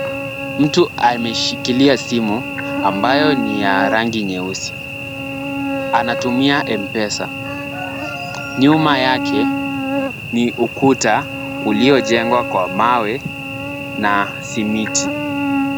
Mtu ameshikilia simu ambayo ni ya rangi nyeusi. Anatumia Mpesa. Nyuma yake ni ukuta uliojengwa kwa mawe na simiti.